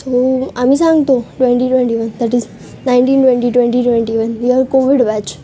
आम्ही सांगतो twenty twenty one that is nineteen twenty twenty one you are covid batch